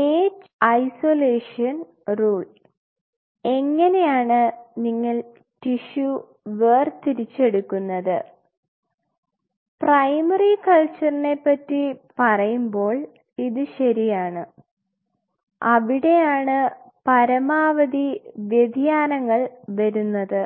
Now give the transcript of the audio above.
age isolation rule എങ്ങനെയാണ് ആണ് നിങ്ങൾ ടിഷ്യൂ വേർതിരിച്ച് എടുക്കുന്നത് പ്രൈമറി കൾച്ചറിനെ പറ്റി പറയുമ്പോൾ ഇത് ശരിയാണ് അവിടെയാണ് പരമാവതി വ്യതിയാനങ്ങൾ വരുന്നത്